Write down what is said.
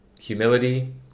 Humility